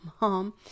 mom